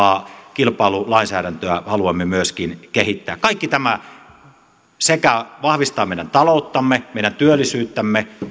kilpailulainsäädäntöä haluamme myöskin kehittää kaikki tämä vahvistaa meidän talouttamme meidän työllisyyttämme